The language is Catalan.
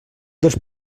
dels